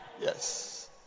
Yes